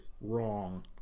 Wrong